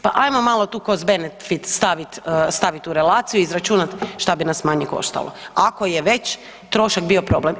Pa ajmo malo tu cost benefit stavit u relaciju i izračunat šta bi nas manje koštalo ako je već trošak bio problem.